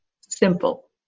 simple